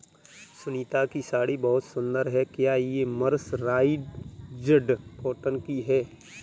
सुनीता की साड़ी बहुत सुंदर है, क्या ये मर्सराइज्ड कॉटन की है?